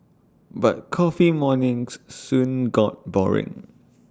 but coffee mornings soon got boring